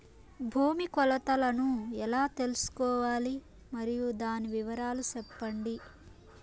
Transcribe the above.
భూమి కొలతలను ఎలా తెల్సుకోవాలి? మరియు దాని వివరాలు సెప్పండి?